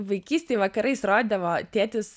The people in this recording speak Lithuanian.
vaikystėj vakarais rodydavo tėtis